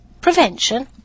prevention